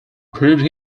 proved